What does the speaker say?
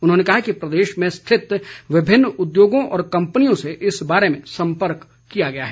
उन्होंने कहा कि प्रदेश में स्थित विभिन्न उद्योगों व कंपनियों से इस बारे में सम्पर्क किया गया है